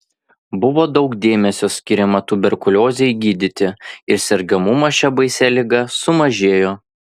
buvo daug dėmesio skiriama tuberkuliozei gydyti ir sergamumas šia baisia liga mažėjo